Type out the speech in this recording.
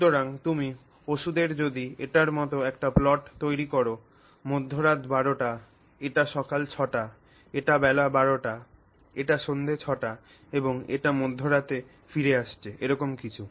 সুতরাং তুমি যদি এটির মতো একটি প্লট তৈরি কর মধ্যরাত 12 টা এটি সকাল 6 টা এটি বেলা 12 টা এটি সন্ধ্যা 6 টা এবং এটি মধ্যরাতে ফিরে এসেছে এরকম কিছু